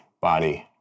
body